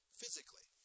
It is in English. physically